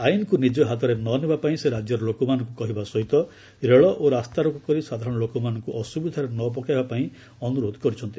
ଆଇନ୍କୁ ନିକ ହାତରେ ନ ନେବା ପାଇଁ ସେ ରାଜ୍ୟର ଲୋକମାନଙ୍କୁ କହିବା ସହିତ ରେଳ ଓ ରାସ୍ତାରୋକ କରି ସାଧାରଣ ଲୋକମାନଙ୍କୁ ଅସୁବିଧାରେ ନ ପକାଇବା ପାଇଁ ଅନୁରୋଧ କରିଛନ୍ତି